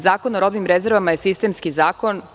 Zakon o robnim rezervama je sistemski zakon.